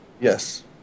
Yes